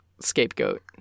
scapegoat